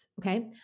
Okay